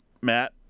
Matt